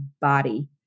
body